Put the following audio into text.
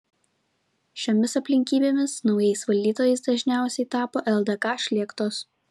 šiomis aplinkybėmis naujais valdytojais dažniausiai tapo ldk šlėktos